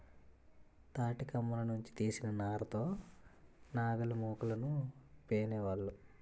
తాటికమ్మల నుంచి తీసిన నార తో నాగలిమోకులను పేనేవాళ్ళు